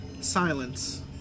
Silence